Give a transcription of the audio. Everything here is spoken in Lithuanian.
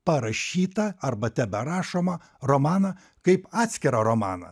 parašytą arba teberašomą romaną kaip atskirą romaną